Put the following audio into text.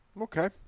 Okay